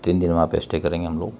تین دن وہاں پہ اسٹے کریں گے ہم لوگ